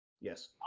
Yes